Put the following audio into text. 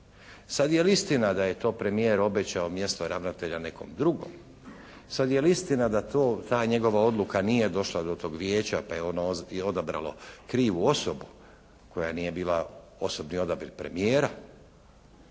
Sad je li istina da je to premijer obećao mjesto ravnatelja nekom drugom, sad je li istina da to ta njegova odluka nije došla do tog Vijeća, pa je ono i odabralo krivu osobu koja nije osobni odabir premijera,